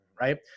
right